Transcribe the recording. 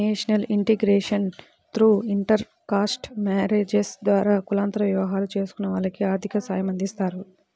national integration through intercaste marriages ద్వారా కులాంతర వివాహం చేసుకున్న వాళ్లకి ఆర్థిక సాయమందిస్తారు